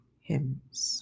hymns